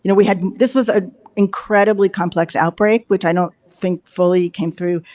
you know we had this was ah incredibly complex outbreak which i don't think fully came through.